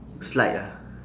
slide ah